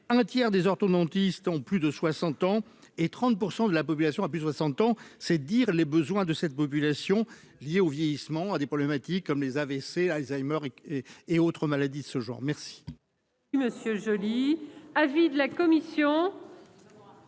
un tiers des orthodontistes, en plus de 60 ans et 30 % de la population à plus de 60 ans, c'est dire les besoins de cette population liés au vieillissement, à des problématiques, comme les AVC, Alzheimer et autres maladies de ce genre, merci. Oui monsieur Joly, avis de la commission.